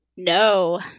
No